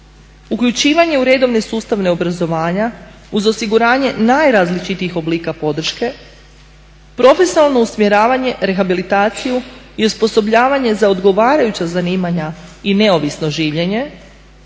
uključivanje u redovne sustave obrazovanja uz osiguranja najrazličitijih oblika podrške, profesionalno usmjeravanja, rehabilitaciju i osposobljavanje za odgovarajuća zanimanja i neovisno življenje,